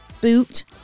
boot